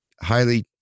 highly